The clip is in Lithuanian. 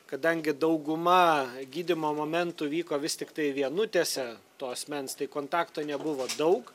kadangi dauguma gydymo momentų vyko vis tiktai vienutėse to asmens tai kontakto nebuvo daug